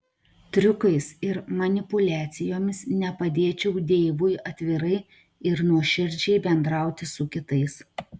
triukais ir manipuliacijomis nepadėčiau deivui atvirai ir nuoširdžiai bendrauti su kitais